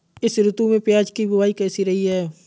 इस ऋतु में प्याज की बुआई कैसी रही है?